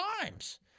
times